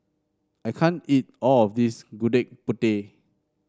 I can't eat all of this Gudeg Putih